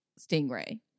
stingray